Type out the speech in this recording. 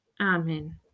Amen